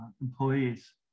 employees